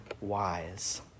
wise